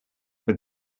but